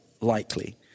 likely